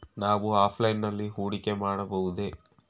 ನಾವು ಆಫ್ಲೈನ್ ನಲ್ಲಿ ಹೂಡಿಕೆ ಮಾಡಬಹುದೇ?